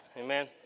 Amen